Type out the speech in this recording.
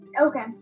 Okay